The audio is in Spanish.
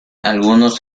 algunos